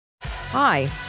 Hi